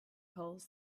polls